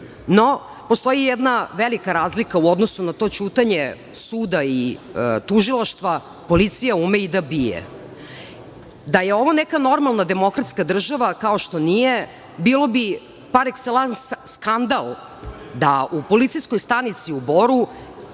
postoji jedna velika razlika u odnosu na to ćutanje suda i tužilaštva – policija ume i da bije. Da je ovo neka normalna demokratska država, kao što nije, bilo bi par ekselans, skandal da u policijskoj stanici u Boru